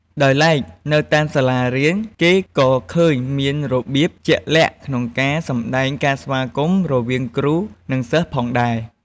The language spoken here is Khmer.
ដោយឡែក នៅតាមសាលារៀន គេក៏ឃើញមានរបៀបជាក់លាក់ក្នុងការសម្ដែងការស្វាគមន៍ រវាងគ្រូ និងសិស្សផងដែរ។